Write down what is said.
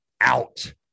out